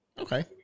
Okay